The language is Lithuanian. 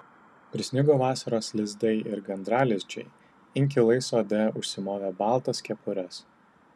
prisnigo vasaros lizdai ir gandralizdžiai inkilai sode užsimovė baltas kepures